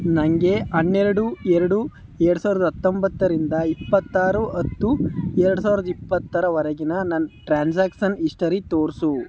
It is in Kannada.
ನನಗೆ ಹನ್ನೆರಡು ಎರಡು ಎರ್ಡು ಸಾವ್ರದ ಹತ್ತೊಂಬತ್ತರಿಂದ ಇಪ್ಪತ್ತಾರು ಹತ್ತು ಎರ್ಡು ಸಾವ್ರದ ಇಪ್ಪತ್ತರವರೆಗಿನ ನನ್ನ ಟ್ರಾನ್ಸಾಕ್ಸನ್ ಹಿಸ್ಟರಿ ತೋರಿಸು